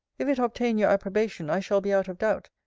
if it obtain your approbation, i shall be out of doubt,